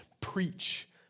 preach